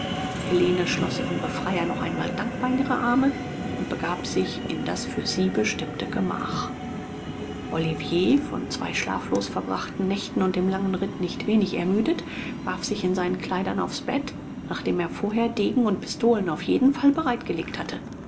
helene schloß ihren befreier noch einmal dankbar in ihre arme und begab sich in das für sie bestimmte gemach olivier von zwei schlaflos verbrachten nächten und dem langen ritt nicht wenig ermüdet warf sich in seinen kleidern aufs bett nachdem er vorher degen und pistolen auf jeden fall bereit gelegt hatte